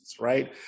right